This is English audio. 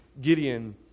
Gideon